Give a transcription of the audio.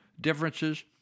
differences